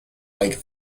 like